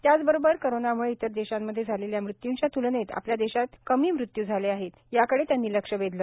त्याचबरोबर कोरोनामुळे इतर देशांमध्ये झालेल्या मृत्यूंच्या तुलनेत आपल्या देशात कमी मृत्यू झाले आहेत याकडे त्यांनी लक्ष वेधले